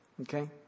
Okay